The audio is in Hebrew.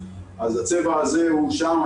אז הצבע הזה הוא שם.